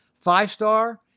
five-star